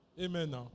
Amen